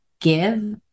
give